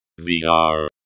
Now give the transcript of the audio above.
VR